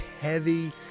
heavy